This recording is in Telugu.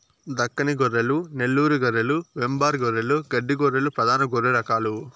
దక్కని గొర్రెలు, నెల్లూరు గొర్రెలు, వెంబార్ గొర్రెలు, గడ్డి గొర్రెలు ప్రధాన గొర్రె రకాలు